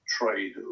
trade